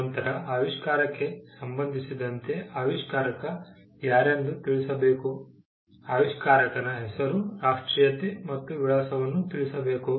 ನಂತರ ಆವಿಷ್ಕಾರಕ್ಕೆ ಸಂಬಂಧಿಸಿದಂತೆ ಆವಿಷ್ಕಾರಕ ಯಾರೆಂದು ತಿಳಿಸಬೇಕು ಆವಿಷ್ಕಾರಕನ ಹೆಸರು ರಾಷ್ಟ್ರೀಯತೆ ಮತ್ತು ವಿಳಾಸವನ್ನು ತಿಳಿಸಬೇಕು